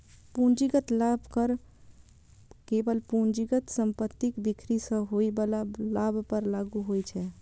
पूंजीगत लाभ कर केवल पूंजीगत संपत्तिक बिक्री सं होइ बला लाभ पर लागू होइ छै